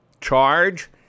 charge